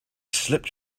slipped